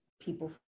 people